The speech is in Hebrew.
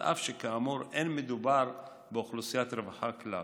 אף שכאמור לא מדובר באוכלוסיית רווחה כלל.